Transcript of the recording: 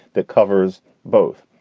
that covers both.